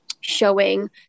showing